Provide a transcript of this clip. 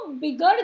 bigger